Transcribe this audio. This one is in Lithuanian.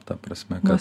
ta prasme kad